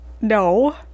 No